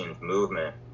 movement